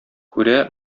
күрә